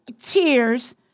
tears